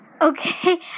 Okay